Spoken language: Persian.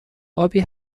آبی